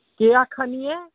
केह् आक्खानियां